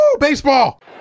baseball